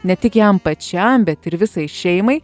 ne tik jam pačiam bet ir visai šeimai